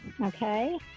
Okay